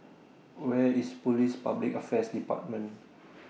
Where IS Police Public Affairs department